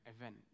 event